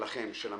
שלכם, של המתווכים.